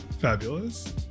Fabulous